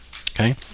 Okay